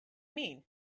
mean